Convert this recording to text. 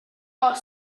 money